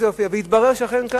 והתברר שאכן כך.